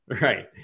Right